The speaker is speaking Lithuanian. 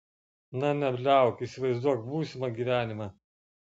na nebliauk įsivaizduok būsimą gyvenimą